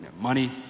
Money